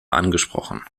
angesprochen